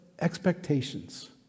expectations